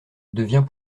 devient